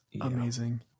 amazing